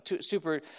super